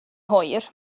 hwyr